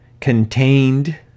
contained